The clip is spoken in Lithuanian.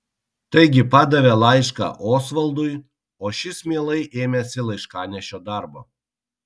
taigi padavė laišką osvaldui o šis mielai ėmėsi laiškanešio darbo